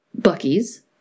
Bucky's